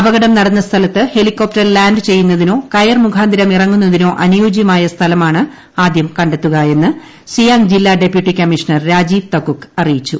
അപകടം നടന്ന സ്ഥലത്ത് ഹെലികോപ്ടർ ലാന്റ് ചെന്നതിനോ കയർമുഖാന്തിരം ഇറങ്ങുന്നതിനോ അനുയോജ്യമായ സ്ഥലമാണ് ആദ്യംകണ്ടെത്തുക എന്ന് സിയാങ് ജില്ലാ ഡെപ്യൂട്ടി കമ്മീഷണർ രാജീവ് തക്കുക് അറിയിച്ചു